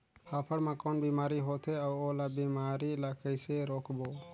फाफण मा कौन बीमारी होथे अउ ओला बीमारी ला कइसे रोकबो?